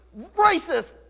racist